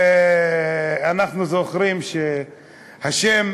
אנחנו זוכרים שהשם